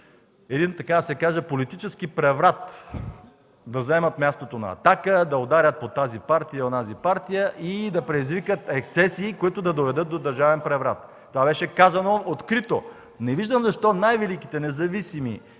така да се каже политически преврат – да заемат мястото на „Атака”, да ударят по тази партия, онази партия и да предизвикат ексцесии, които да доведат до държавен преврат. (Шум и реплики в ГЕРБ.) Това беше казано открито. Не виждам защо най-великите, независими